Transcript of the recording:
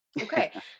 Okay